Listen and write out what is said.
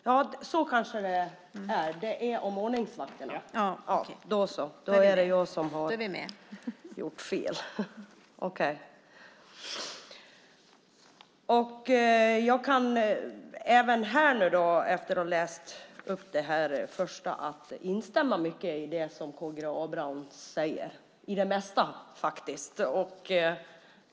Fru talman! Jag vill inte heller reta upp kammaren. Jag får väl nöja mig med att yrka bifall till reservation nr 11. Vänsterpartiet anser att polisen har en mycket viktig uppgift för att förebygga brott och upprätthålla lag och ordning. Jag kan instämma i det mesta av det som K G Abramsson säger.